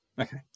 Okay